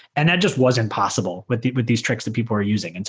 and that just wasn't possible with with these tricks that people are using. and